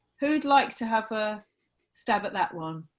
who would like to have a stab at that one?